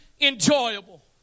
enjoyable